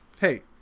Hey